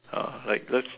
ah like let's